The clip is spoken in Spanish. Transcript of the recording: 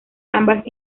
ambas